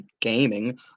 gaming